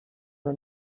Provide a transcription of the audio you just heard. her